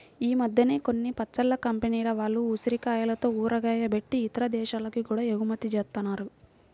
ఈ మద్దెన కొన్ని పచ్చళ్ళ కంపెనీల వాళ్ళు ఉసిరికాయలతో ఊరగాయ బెట్టి ఇతర దేశాలకి గూడా ఎగుమతి జేత్తన్నారు